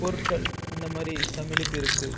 பொருட்கள் அந்த மாரி தமிழுக்கு இருக்கு